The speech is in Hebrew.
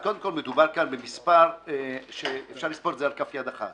קודם כל מדובר כאן במספר שאפשר לספור על כף יד אחת